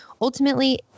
ultimately